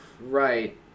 Right